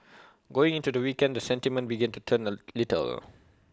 going into the weekend the sentiment began to turn A little